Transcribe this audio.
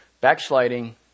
Backsliding